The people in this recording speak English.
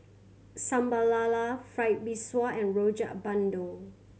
Sambal Lala Fried Mee Sua and Rojak Bandung